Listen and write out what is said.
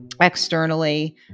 externally